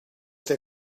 der